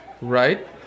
right